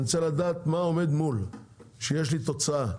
אני רוצה לדעת מה עומד מול כשיש לי תוצאה.